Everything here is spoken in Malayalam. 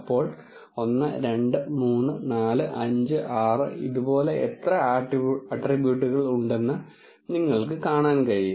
ഇപ്പോൾ 1 2 3 4 5 6 ഇതുപോലെ എത്ര ആട്രിബ്യൂട്ടുകൾ ഉണ്ടെന്ന് നിങ്ങൾക്ക് കാണാൻ കഴിയും